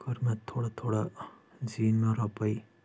کٔر مےٚ تھوڑا تھوڑا زیٖنۍ مےٚ رۄپٕے